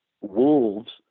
wolves